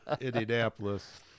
Indianapolis